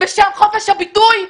בשם חופש הביטוי?